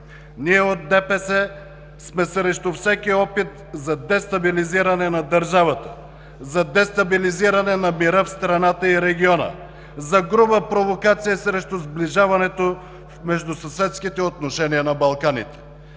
Ние от ДПС сме срещу всеки опит за дестабилизиране на държавата, за дестабилизиране на мира в страната и региона, за груба провокация срещу сближаването в междусъседските отношения на Балканите.